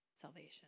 salvation